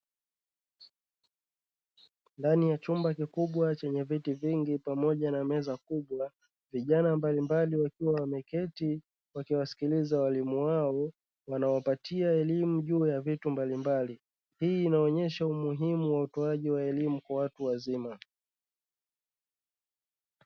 Ndani ya chumba kikubwa chenye viti vingi pamoja na meza kubwa, vijana mbalimbali wakiwa wameketi wakiwasikiliza walimu wao, wanaowapatia elimu juu ya vitu mbalimbali. Hii inaonesha umuhimu wa utoaji wa elimu kwa watu wazima.